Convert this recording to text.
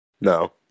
No